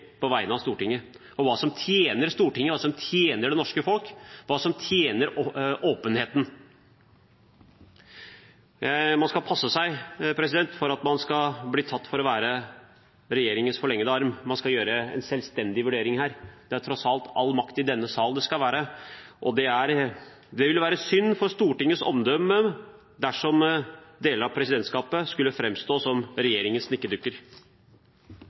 på vegne av Stortinget om hva som tjener Stortinget, hva som tjener det norske folk, og hva som tjener åpenheten. Man skal passe seg for å bli tatt for å være regjeringens forlengede arm, man skal gjøre en selvstendig vurdering her. Det er tross alt all makt i denne sal det skal være, og det ville være synd for Stortingets omdømme dersom deler av presidentskapet skulle framstå som regjeringens nikkedukker.